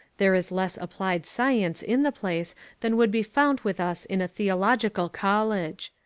there is less applied science in the place than would be found with us in a theological college.